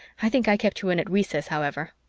i think i kept you in at recess, however.